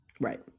Right